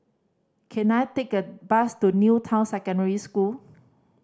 can I take a bus to New Town Secondary School